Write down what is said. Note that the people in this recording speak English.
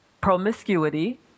promiscuity